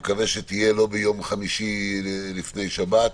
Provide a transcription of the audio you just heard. שאני מקווה שתהיה לא ביום חמישי לפני שבת,